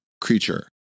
creature